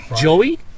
joey